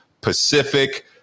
Pacific